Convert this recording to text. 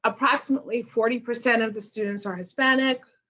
approximately forty percent of the students are hispanic,